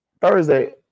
Thursday